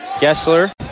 Gessler